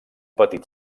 petit